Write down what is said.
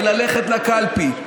זה ללכת לקלפי.